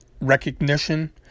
recognition